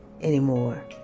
anymore